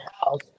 house